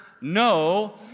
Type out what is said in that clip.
no